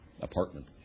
apartment